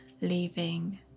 leaving